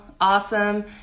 awesome